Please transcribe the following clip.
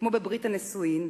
כמו בברית הנישואין,